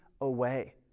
away